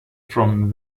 from